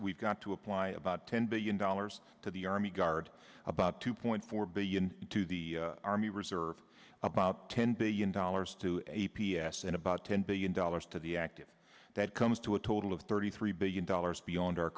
we've got to apply about ten billion dollars to the army guard about two point four billion to the army reserve about ten billion dollars to a p s and about ten billion dollars to the active that comes to a total of thirty three billion dollars beyond our